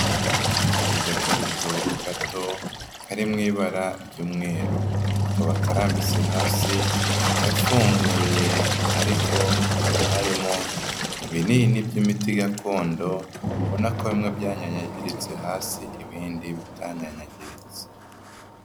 Agakarito gato kari mu ibara ry'umweru, kakaba karambise hasi gafunguye ariko hakaba harimo ibinini by'imiti gakondo ubona ko bimwe byanyanyagiritse hasi ibindi bitanyanyagiritse.